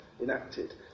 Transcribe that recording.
enacted